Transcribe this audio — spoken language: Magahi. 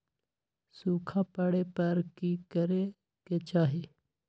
सूखा पड़े पर की करे के चाहि